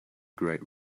great